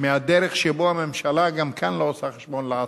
מהדרך שבה הממשלה גם כאן לא עושה חשבון לעצמה.